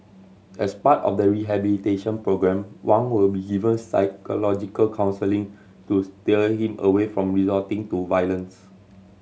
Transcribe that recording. as part of the rehabilitation programme Wang will be given psychological counselling to steer him away from resorting to violence